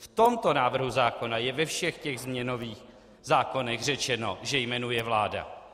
V tomto návrhu zákona je ve všech těch změnových zákonech řečeno, že jmenuje vláda.